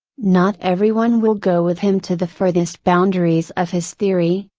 not everyone will go with him to the furthest boundaries of his theory,